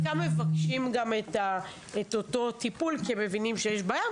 מבקשים גם את אותו טיפול כי הם מבינים שיש בעיה,